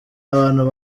abantu